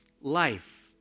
life